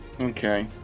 Okay